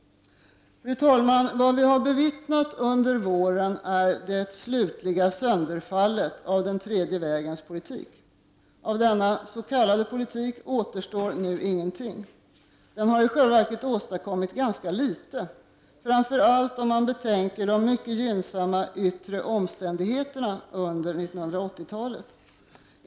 Fru talman! Vad vi har bevittnat under våren är det slutliga sönderfallet av den tredje vägens politik. Av denna s.k. politik återstår nu ingenting. Den har i själva verket åstadkommit ganska litet, framför allt när man betänker de mycket gynnsamma yttre omständigheterna under 1980-talet.